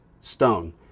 stone